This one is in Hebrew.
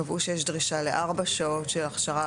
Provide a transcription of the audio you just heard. קבעו שיש דרישה לארבע שעות של הכשרה